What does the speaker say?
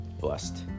blessed